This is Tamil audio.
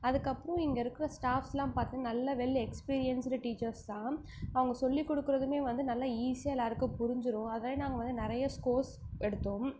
அதுக்கப்புறம் இங்கே இருக்கிற ஸ்டாஃப்ஸ்லாம் பார்த்தா நல்ல வெல் எக்ஸ்பீரியன்ஸ்டு டீச்சர்ஸ் தான் அவங்க சொல்லி கொடுக்குறதுமே வந்து நல்ல ஈஸியாக எல்லோருக்கும் புரிஞ்சிடும் அதனால நாங்கள் வந்து நிறைய ஸ்கோர்ஸ் எடுத்தோம்